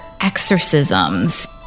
exorcisms